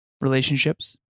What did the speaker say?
relationships